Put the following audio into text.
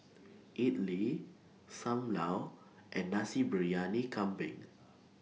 Idly SAM Lau and Nasi Briyani Kambing